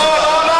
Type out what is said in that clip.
לא, לא.